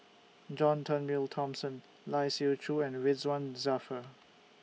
John Turnbull Thomson Lai Siu Chiu and Ridzwan Dzafir